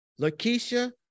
Lakeisha